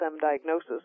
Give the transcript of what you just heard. diagnosis